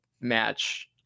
match